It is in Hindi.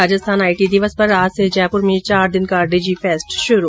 राजस्थान आईटी दिवस पर आज से जयपुर में चार दिन का डिजीफेस्ट शुरू